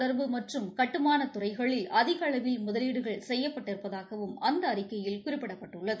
தொடர்பு மற்றும் கட்டுமான துறைகளில் அதிக தகவல் அளவில் முதலீடுகள் செய்யப்பட்டிருப்பதாகவும் அந்த அறிக்கையில் குறிப்பிடப்பட்டுள்ளது